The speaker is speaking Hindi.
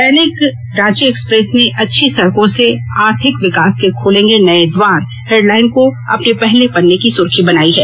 दैनिक रांची एक्सप्रेस ने अच्छी सड़कों से आर्थिक विकास के खुलेंगे नए द्वार हेडलाइन को अपने पहले पन्ने की सुर्खी बनायी है